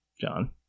John